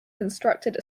constructed